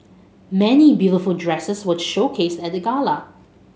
many beautiful dresses were showcased at the gala